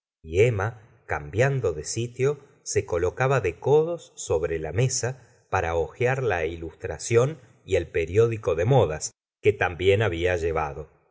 y emma cambiamdo de si tio se colocaba de codos sobre la mesa para hojear la ilustración y el periódico de modas que también había llevado